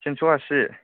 थिनस' आसि